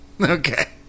okay